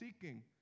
seeking